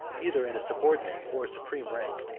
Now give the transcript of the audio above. either in a subordinate or supreme rank.